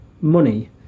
money